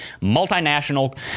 multinational